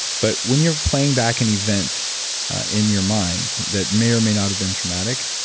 but when you're playing back an event in your mind that may or may not have been traumatic,